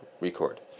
Record